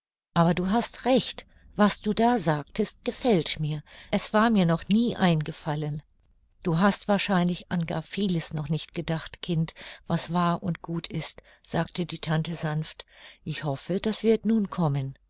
aber du hast recht was du da sagtest gefällt mir es war mir noch nie eingefallen du hast wahrscheinlich an gar vieles noch nicht gedacht kind was wahr und gut ist sagte die tante sanft ich hoffe das wird nun kommen